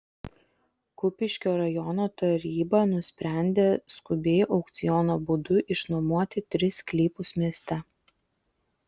kupiškio rajono taryba nusprendė skubiai aukciono būdu išnuomoti tris sklypus mieste